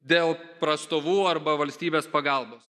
dėl prastovų arba valstybės pagalbos